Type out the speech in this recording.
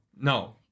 no